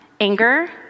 anger